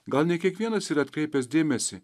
gal ne kiekvienas yra atkreipęs dėmesį